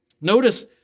Notice